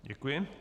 Děkuji.